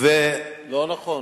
לא נכון.